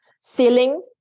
ceiling